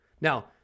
Now